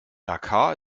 dhaka